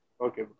okay